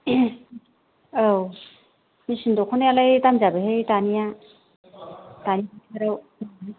औ मिशिन दख'नायालाय दाम जाबाय हाय दानिया दानि बोथोराव